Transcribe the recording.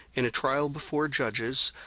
in a trial before judges,